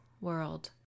world